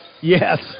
yes